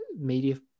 media